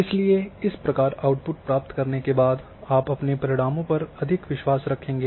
इसलिए इस प्रकार आउट्पुट प्राप्त करने के बाद आप अपने परिणामों पर अधिक विश्वास रखेंगे